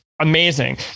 amazing